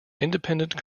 independent